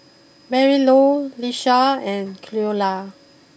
Marylou Lisha and Cleola